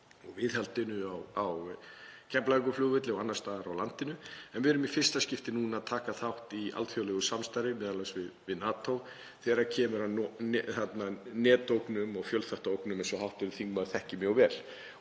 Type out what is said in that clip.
og viðhaldi á Keflavíkurflugvelli og annars staðar á landinu. En við erum í fyrsta skipti núna að taka þátt í alþjóðlegu samstarfi, m.a. við NATO, þegar kemur að netógnum og fjölþáttaógnum eins og hv. þingmaður þekkir mjög vel.